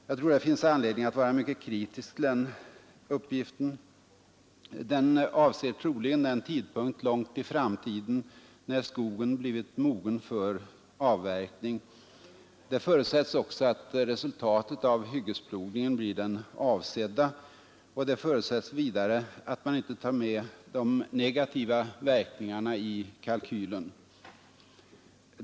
Jag tror det finns anledning att vara mycket kritisk till den uppgiften. Den avser troligen den tidpunkt långt i framtiden när skogen blivit mogen för avverkning. Det förutsätts också att resultatet av hyggesplogningen blir det avsedda och vidare att man inte tar med de negativa verkningarna i kalkylen.